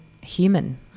human